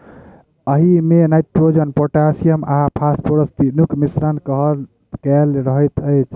एहिमे nitrogen, potassium आ phosphorus तीनूक मिश्रण कएल रहैत अछि